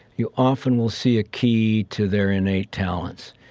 you often will see a key to their innate talents.